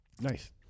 nice